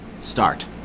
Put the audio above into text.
start